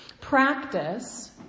Practice